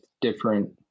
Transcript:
different